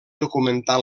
documentar